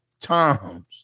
times